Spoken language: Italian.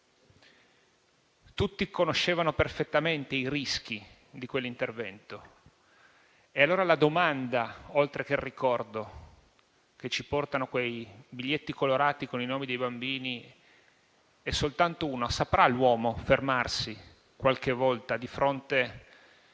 Tutti conoscevano perfettamente i rischi di quell'intervento. E allora la domanda, oltre al ricordo che ci portano quei biglietti colorati con i nomi dei bambini, è soltanto una: saprà l'uomo fermarsi, qualche volta, di fronte